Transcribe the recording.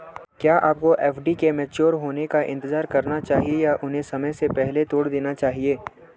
क्या आपको एफ.डी के मैच्योर होने का इंतज़ार करना चाहिए या उन्हें समय से पहले तोड़ देना चाहिए?